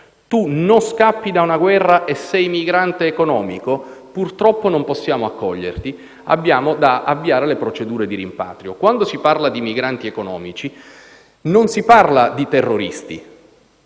Tu non scappi da una guerra e sei migrante economico? Purtroppo non possiamo accoglierti e dobbiamo avviare le procedure di rimpatrio. Quando si parla di migranti economici, non si parla di terroristi.